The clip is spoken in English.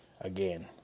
Again